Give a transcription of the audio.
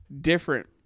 different